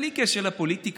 בלי קשר לפוליטיקה,